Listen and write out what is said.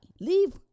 leave